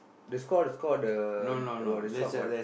the score the score the about the shop one